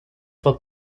wat